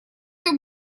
там